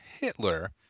Hitler